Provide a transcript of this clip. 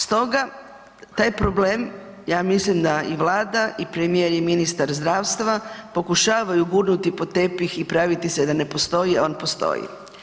Stoga, taj problem ja mislim da i Vlada i premijer i ministar zdravstva pokušavaju gurnuti pod tepih i praviti se da ne postoji, on postoji.